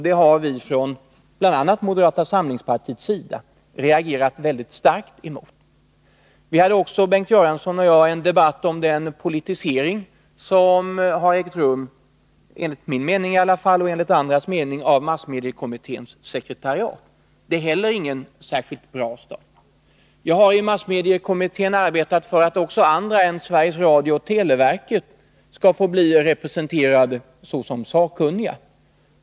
Det har bl.a. vi från moderata samlingspartiets sida reagerat starkt emot. Bengt Göransson och jag hade också en debatt om den politisering av massmediekommitténs sekretariat som enligt min och andras mening har ägt rum. Det är heller inte någon särskilt bra start. Jag har 133 i massmediekommittén arbetat för att också andra än Sveriges Radio och televerket skall få bli representerade såsom sakkunniga.